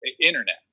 internet